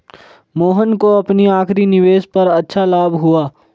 मोहन को अपनी आखिरी निवेश पर अच्छा लाभ हुआ